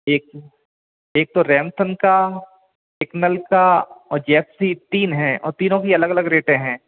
एक एक तो रैमसन का सिक्नल का और जैप्सी तीन हैं और तीनों कए अलग अलग रेटें हैं